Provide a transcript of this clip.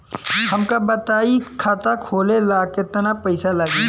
हमका बताई खाता खोले ला केतना पईसा लागी?